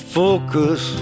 focus